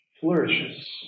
flourishes